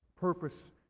Purpose